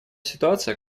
ситуация